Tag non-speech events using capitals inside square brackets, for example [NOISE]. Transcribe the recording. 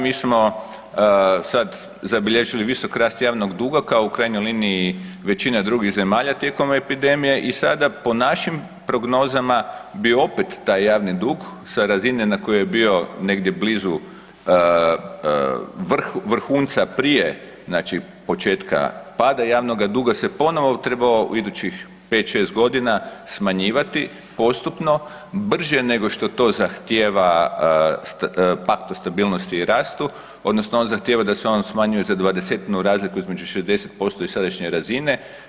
Mi smo sad zabilježili visok rast javnog duga kao u krajnjoj liniji većina drugih zemalja tijekom epidemije i sada po našim prognozama bi opet taj javni dug sa razine na kojoj je bio negdje blizu vrhu vrhunca prije znači početka pada javnoga duga se ponovo trebao u idućih 5, 6 godina smanjivati postupno, brže nego što to zahtijeva ... [UNINTELLIGIBLE] stabilnosti i rastu odnosno on zahtijeva da on smanjuje za dvadesetinu razliku između 60% i sadašnje razine.